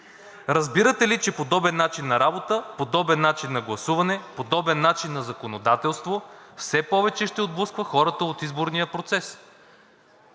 Разбирате ли, че подобен начин на работа, подобен начин на гласуване, подобен начин на законодателство все повече ще отблъсква хората от изборния процес.“